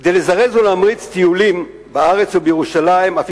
כדי לזרז ולהמריץ טיולים בארץ ובירושלים הוא אף